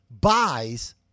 buys